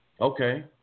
Okay